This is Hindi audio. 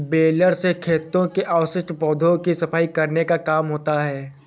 बेलर से खेतों के अवशिष्ट पौधों की सफाई करने का काम होता है